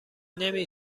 نمی